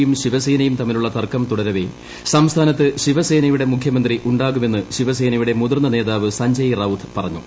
യും ശിവസേനയും തമ്മിലുള്ള തർക്കം തുടരവെ സംസ്ഥാനത്ത് ശിവസേനയുടെ മുഖ്യമന്ത്രി ഉണ്ടാകുമെന്ന് ശിവസേനയുടെ മുതിർന്ന നേതാവ് സഞ്ജയ്റൌത്ത് പറഞ്ഞു